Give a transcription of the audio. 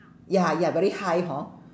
ya ya very high hor